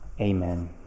Amen